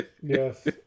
Yes